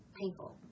painful